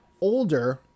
older